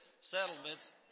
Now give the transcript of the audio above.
settlements